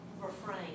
refrain